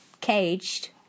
caged